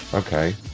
Okay